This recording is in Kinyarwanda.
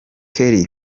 kelly